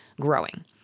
growing